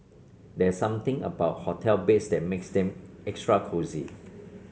there something about hotel beds that makes them extra cosy